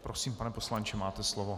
Prosím, pane poslanče, máte slovo.